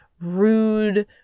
rude